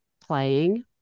playing